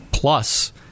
Plus